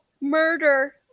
Murder